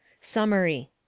Summary